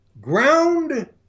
ground